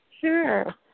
Sure